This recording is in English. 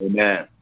Amen